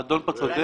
האדון פה צודק.